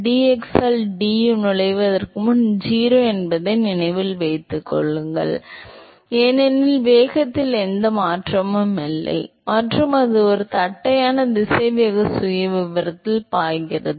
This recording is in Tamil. dx ஆல் du இல் நுழைவதற்கு முன் 0 என்பதை நினைவில் கொள்ளுங்கள் ஏனெனில் வேகத்தில் எந்த மாற்றமும் இல்லை மற்றும் அது ஒரு தட்டையான திசைவேக சுயவிவரத்தில் பாய்கிறது